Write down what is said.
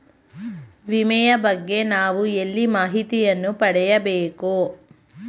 ವಿಮೆಯ ಬಗ್ಗೆ ನಾವು ಎಲ್ಲಿ ಮಾಹಿತಿಯನ್ನು ಪಡೆಯಬೇಕು?